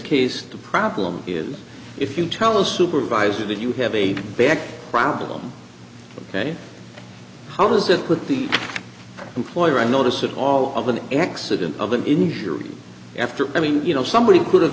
case the problem is if you tell a supervisor that you have a back problem ok how does that put the employer i notice it all of an accident of an injury after i mean you know somebody could